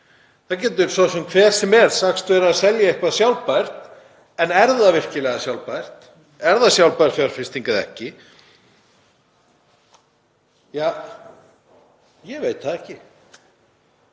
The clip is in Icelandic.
Það getur hver sem er sagst vera að selja eitthvað sjálfbært, en er það virkilega sjálfbært? Er það sjálfbær fjárfesting eða ekki? Ja, ég veit það ekki.